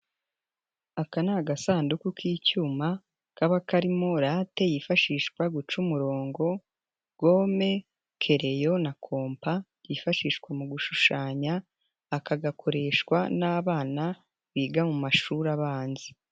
Aka ni agasanduku k'icyuma kaba karimo late yifashishwa guca umurongo, gome, kereyo na kompa yifashishwa mu gushushanya, aka gakoreshwa n'abana biga mu mashuri abanza.